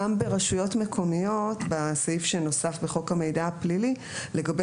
גם בסעיף שנוסף בחוק המידע הפלילי לגבי